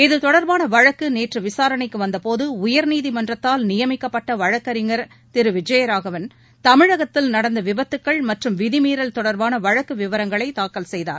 இத்தொடர்பான வழக்கு நேற்று விசாரணைக்கு வந்த போது உயர்நீதிமன்றத்தால் நியமிக்கப்பட்ட வழக்கறிஞர் திரு விஜயராகவன் தமிழகத்தில் நடந்த விபத்துகள் மற்றும் விதிமீறல் தொடர்பான வழக்கு விவரங்களை தாக்கல் செய்தார்